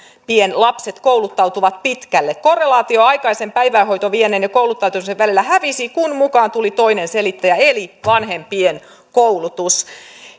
lapset kouluttautuvat pitkälle korrelaatio aikaisen päivähoitoonviennin ja kouluttautumisen välillä hävisi kun mukaan tuli toinen selittäjä eli vanhempien koulutus